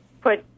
put